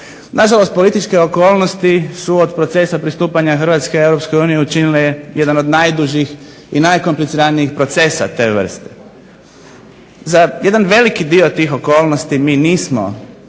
Na žalost političke okolnosti su od procesa pristupanja Hrvatske Europskoj uniji učinile jedan od najdužih i najkompliciranijih procesa te vrste. Za jedan veliki dio tih okolnosti mi nismo